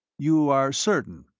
you are certain?